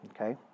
Okay